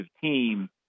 team